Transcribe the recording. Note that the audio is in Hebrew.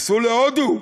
ייסעו להודו,